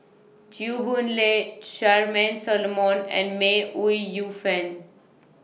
Chew Boon Lay Charmaine Solomon and May Ooi Yu Fen